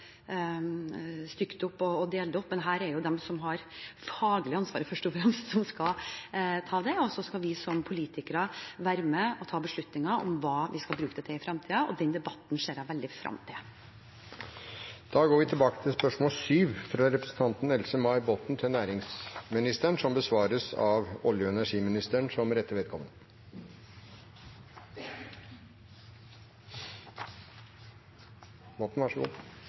dele det opp. Men det er først og fremst de som har det faglige ansvaret, som skal ivareta det, og så skal vi som politikere være med og ta beslutninger om hva vi skal bruke det til i fremtiden. Den debatten ser jeg veldig frem til. Da går vi tilbake til spørsmål 7. Dette spørsmålet, fra representanten Else-May Botten til næringsministeren, er overført til olje- og energiministeren som rette vedkommende.